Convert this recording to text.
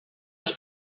els